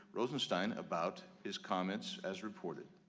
rosenstein about his comments as reported?